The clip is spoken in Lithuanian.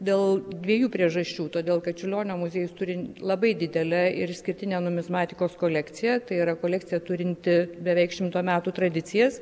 dėl dviejų priežasčių todėl kad čiurlionio muziejus turi labai didelę ir išskirtinę numizmatikos kolekciją tai yra kolekcija turinti beveik šimto metų tradicijas